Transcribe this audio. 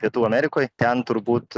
pietų amerikoj ten turbūt